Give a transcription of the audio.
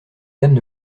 dames